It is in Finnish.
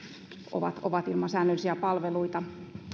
ovat ovat ilman säännöllisiä palveluita